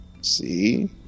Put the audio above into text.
See